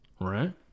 right